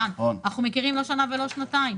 דן, אנחנו מכירים לא שנה ולא שנתיים.